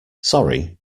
sorry